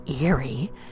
eerie